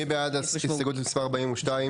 מי בעד הסתייגות מספר 42?